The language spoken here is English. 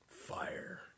Fire